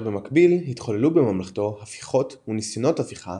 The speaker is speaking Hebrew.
במקביל התחוללו בממלכתו הפיכות וניסיונות הפיכה